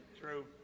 True